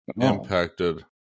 impacted